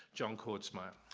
john kordsmeier.